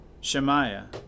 Shemaiah